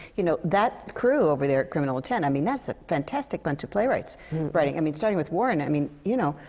you know, that crew over there at criminal intent i mean, that's a fantastic bunch of playwrights writing. i mean, starting with warren. i mean, you know.